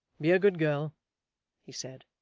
be a good girl he said,